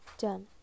Done